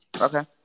Okay